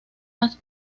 más